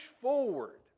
forward